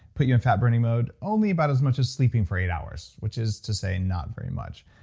puts you in fat-burning mode only about as much as sleeping for eight hours, which is to say not very much.